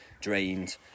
drained